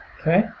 Okay